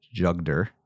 jugder